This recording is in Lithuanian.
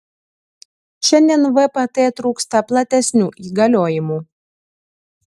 šiandien vpt trūksta platesnių įgaliojimų